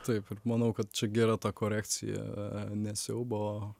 taip manau kad čia gera ta korekcija ne siaubo